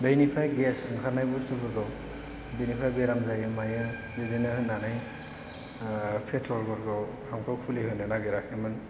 बैनिफ्राय गेस ओंखारनाय बुस्थुफोरखौ बिनिफ्राय बेराम जायो मायो बिदिनो होननानै पेट्रलफोरखौ पाम्पखौ खुलिहोनो नागिराखैमोन